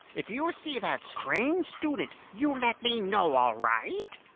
if you see that strange student. you let me know, all right?